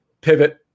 pivot